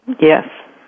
Yes